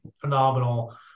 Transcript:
phenomenal